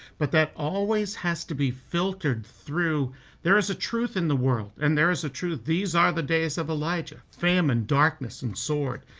but that always has to be filtered through there's a truth in the world and there's a truth these are the days of elijah. famine, darkness and sword.